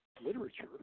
literature